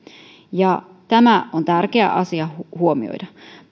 tämä on tärkeä asia huomioida